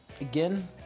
again